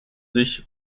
sich